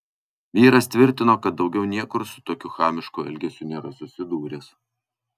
vyras tvirtino kad daugiau niekur su tokiu chamišku elgesiu nėra susidūręs